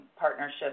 partnerships